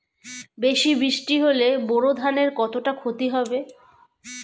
বেশি বৃষ্টি হলে বোরো ধানের কতটা খতি হবে?